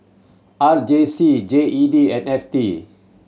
R J C J E D and F T